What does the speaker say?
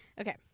Okay